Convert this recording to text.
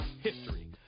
history